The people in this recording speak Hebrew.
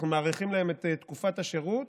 אנחנו מאריכים להם את תקופת השירות.